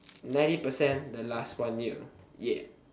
ninety percent the last one year ya